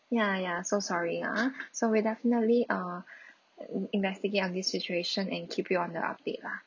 ya ya so sorry ah so we definitely uh in~ investigate on this situation and keep you on the update lah